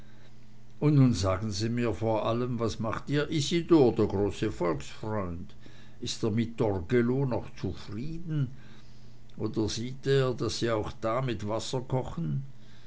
und nun sagen sie mir vor allem was macht ihr isidor der große volksfreund ist er mit torgelow noch zufrieden oder sieht er daß sie da auch mit wasser kochen